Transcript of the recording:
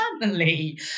family